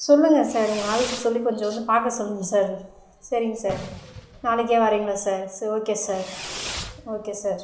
சொல்லுங்கள் சார் உங்க ஆஃபிஸில் சொல்லி கொஞ்சம் வந்து பார்க்க சொல்லுங்கள் சார் சரிங்க சார் நாளைக்கே வரீங்களா சார் சேரி ஓகே சார் ஓகே சார்